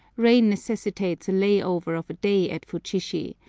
rain necessitates a lay-over of a day at futshishi,